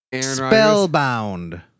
Spellbound